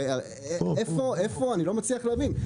אני לא מצליח להבין.